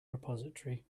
repository